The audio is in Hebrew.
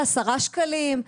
ב-10 שקלים,